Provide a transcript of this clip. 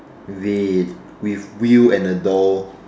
red with wheel and a door